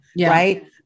right